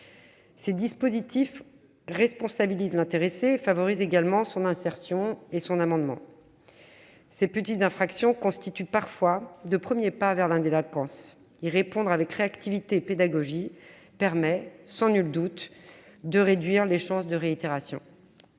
Ces dispositifs responsabilisent l'intéressé et favorisent également son insertion et son amendement. Ces petites infractions constituent parfois de premiers pas vers la délinquance. Y répondre avec réactivité et pédagogie permet sans nul doute de réduire les risques de réitération.